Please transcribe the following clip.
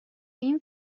این